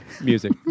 music